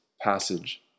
passage